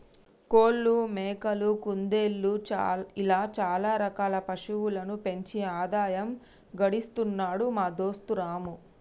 కోళ్లు మేకలు కుందేళ్లు ఇలా చాల రకాల పశువులను పెంచి ఆదాయం గడిస్తున్నాడు మా దోస్తు రాము